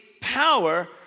power